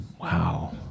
Wow